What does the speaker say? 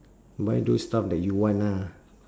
buy those stuff that you want ah